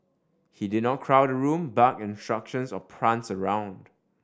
he did not crowd a room bark instructions or prance around